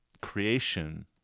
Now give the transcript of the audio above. Creation